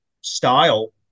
style